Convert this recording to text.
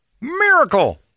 Miracle